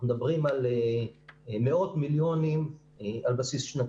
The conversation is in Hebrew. אנחנו מדברים על מאות-מיליונים על בסיס שנתי.